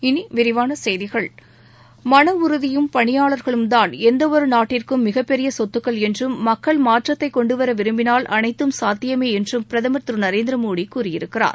இனி விரிவான செய்திகள் மன உறுதியும் பணியாளர்களும்தான் எந்தவொரு நாட்டிற்கும் மிகபெரிய சொத்துக்கள் என்றும் மக்கள் மாற்றத்தை கொண்டுவர விரும்பினால் அளைத்தும் சாத்தியமே என்றும் பிரதமர் திரு நரேந்திர மோடி கூறியிருக்கிறார்